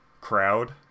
crowd